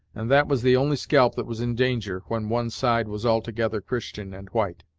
and that was the only scalp that was in danger, when one side was altogether christian and white.